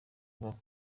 avuga